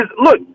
look